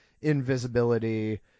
invisibility